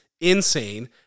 insane